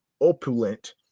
opulent